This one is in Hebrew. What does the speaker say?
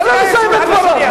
מה זה עשיתי, לא עשיתי?